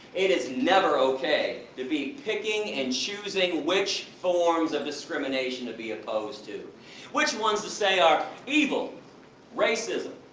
it is never ok to be picking and choosing which forms of discrimination to be opposed to. and which ones to say are evil racism.